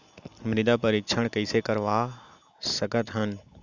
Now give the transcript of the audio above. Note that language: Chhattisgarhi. मृदा परीक्षण कइसे करवा सकत हन?